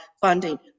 funding